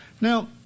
Now